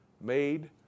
made